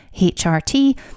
HRT